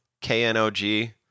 K-N-O-G